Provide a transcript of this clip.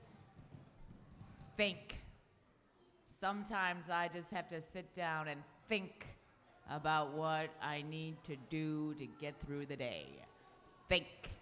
bank sometimes i just have to sit down and think about what i need to do to get through the day